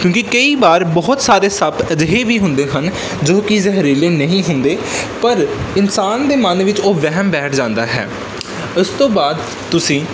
ਕਿਉਂਕਿ ਕਈ ਵਾਰ ਬਹੁਤ ਸਾਰੇ ਸੱਪ ਅਜਿਹੇ ਵੀ ਹੁੰਦੇ ਹਨ ਜੋ ਕਿ ਜ਼ਹਿਰੀਲੇ ਨਹੀਂ ਹੁੰਦੇ ਪਰ ਇਨਸਾਨ ਦੇ ਮਨ ਵਿੱਚ ਉਹ ਵਹਿਮ ਬੈਠ ਜਾਂਦਾ ਹੈ ਉਸ ਤੋਂ ਬਾਅਦ ਤੁਸੀਂ